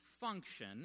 function